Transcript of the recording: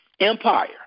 Empire